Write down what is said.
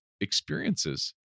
experiences